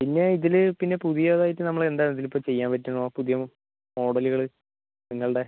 പിന്നേ ഇതിൽ പിന്നെ പുതിയതായിട്ട് നമ്മളെന്താണ് ഇതിലിപ്പോൾ ചെയ്യാൻ പറ്റുന്നത് പുതിയ മോഡലുകൾ നിങ്ങളുടെ